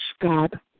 God